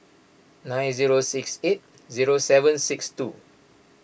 nine zero six eight zero seven six two